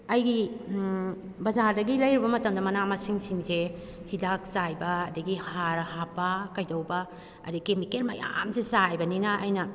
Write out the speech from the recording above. ꯑꯩꯒꯤ ꯕꯖꯥꯔꯗꯒꯤ ꯂꯩꯔꯨꯕ ꯃꯇꯝꯗ ꯃꯅꯥ ꯃꯁꯤꯡꯁꯤꯡꯁꯦ ꯍꯤꯗꯥꯛ ꯆꯥꯏꯕ ꯑꯗꯨꯗꯒꯤ ꯍꯥꯔ ꯍꯥꯞꯄ ꯀꯩꯗꯧꯕ ꯑꯗꯨꯗꯒꯤ ꯀꯦꯃꯤꯀꯦꯜ ꯃꯌꯥꯝꯁꯤ ꯆꯥꯏꯕꯅꯤꯅ ꯑꯩꯅ